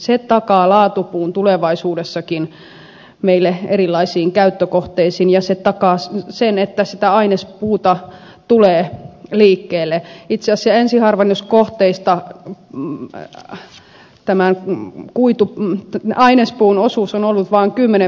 se takaa laatupuun tulevaisuudessakin meille erilaisiin käyttökohteisiin ja se takaa sen että ainespuuta tulee liikkeelle pitsoseensiharvennuskohteista on tullut että tämä kuitu ja ainespuun osuus on ollut vaan kymmene